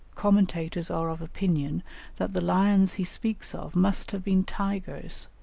commentators are of opinion that the lions he speaks of must have been tigers,